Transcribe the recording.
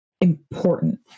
important